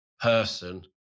person